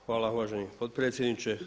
Hvala uvaženi potpredsjedniče.